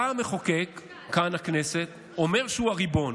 בא המחוקק, כאן הכנסת, ואומר שהוא הריבון.